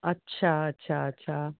अछा अछा अछा